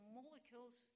molecules